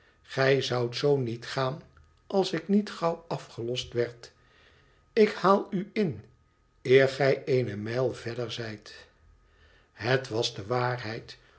gij zoudt zoo niet gaan als ik niet gauw afgelost werd ik haal u in eer gij eene mijl verder zijt het was de waarheid